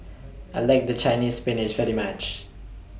I like The Chinese Spinach very much